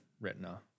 retina